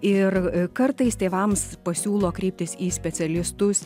ir kartais tėvams pasiūlo kreiptis į specialistus